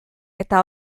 eta